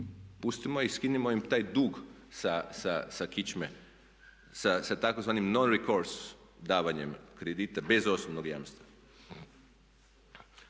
Pustimo ih, skinimo im taj dug sa kičme, sa tzv. no recource davanjem kredita bez osnovnog jamstva.